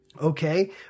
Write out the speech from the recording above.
Okay